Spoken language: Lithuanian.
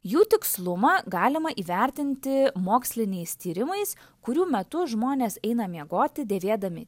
jų tikslumą galima įvertinti moksliniais tyrimais kurių metu žmonės eina miegoti dėvėdami